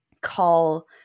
call